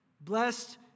Blessed